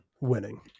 winning